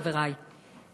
חברי,